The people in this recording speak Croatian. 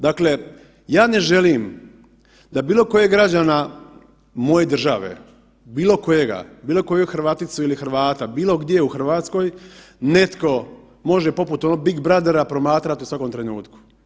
Dakle, ja ne želim da bilo kojeg građana moje države, bilo kojega, bilo koju Hrvaticu ili Hrvata, bilo gdje u Hrvatskoj netko može poput onog „Big Brothera“ promatrati u svakom trenutku.